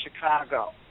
Chicago